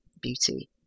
beauty